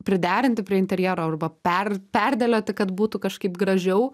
priderinti prie interjero arba per perdėlioti kad būtų kažkaip gražiau